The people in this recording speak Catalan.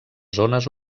zones